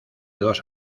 dos